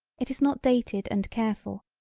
it is not dated and careful,